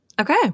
Okay